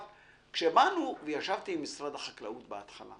כשבאנו וישבתי עם משרד החקלאות בהתחלה